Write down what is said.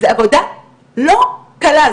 זו עבודה לא קלה.